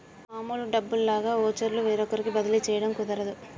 మామూలు డబ్బుల్లాగా వోచర్లు వేరొకరికి బదిలీ చేయడం కుదరదు